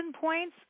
points